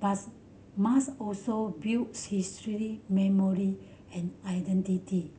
but must also build history memory and identity